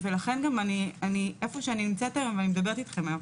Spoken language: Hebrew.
לכן איפה שאני נמצאת היום ואני מדברת אתכם היום,